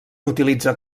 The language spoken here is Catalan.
utilitza